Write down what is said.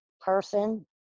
person